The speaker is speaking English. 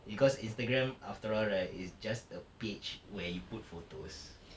because Instagram after all right is just a page where you put photos